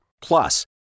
Plus